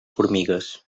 formigues